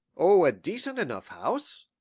oh, a decent enough house.